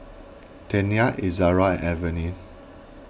Tena Ezerra and Avene